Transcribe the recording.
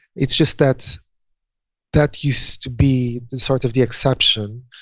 it's just that that used to be the sort of the exception,